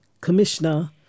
commissioner